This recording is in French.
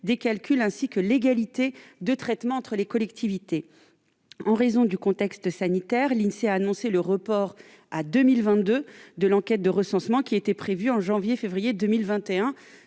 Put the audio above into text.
des calculs, ainsi que l'égalité de traitement entre les collectivités. En raison du contexte sanitaire, l'Insee a annoncé le report à 2022 de l'enquête de recensement prévue initialement pour janvier et février 2021,